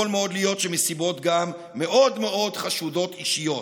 יכול להיות שגם מסיבות מאוד מאוד חשודות, אישיות.